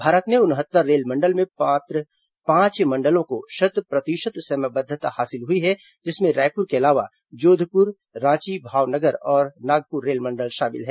भारत में उनहत्तर रेलमंडल में मात्र पांच मंडलों को शत प्रतिशत समयबद्वता हासिल हुई है जिसमे रायपुर के अलावा जोधपुर रांची भावनगर और नागपुर रेलमंडल शामिल हैं